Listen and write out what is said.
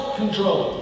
control